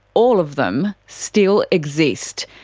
all of them, still exist,